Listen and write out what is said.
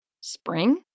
spring